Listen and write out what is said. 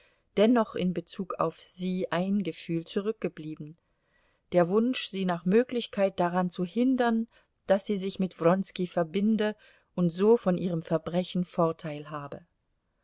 dennoch in bezug auf sie ein gefühl zurückgeblieben der wunsch sie nach möglichkeit daran zu hindern daß sie sich mit wronski verbinde und so von ihrem verbrechen vorteil habe